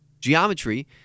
geometry